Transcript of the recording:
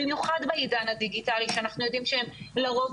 במיוחד בעידן הדיגיטלי שאנחנו יודעים שהם לרוב